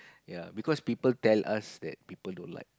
ya because people tell us that people don't like